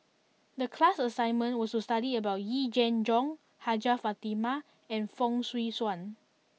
the class assignment was to study about Yee Jenn Jong Hajjah Fatimah and Fong Swee Suan